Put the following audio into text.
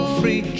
free